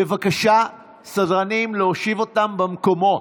בבקשה, סדרנים, להושיב אותם במקומות.